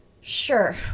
Sure